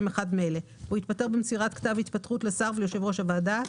אחד מאלה: הוא התפטר במסירת כתב התפטרות לשר וליושב ראש הוועדה.